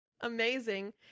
Amazing